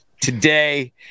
today